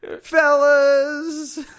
Fellas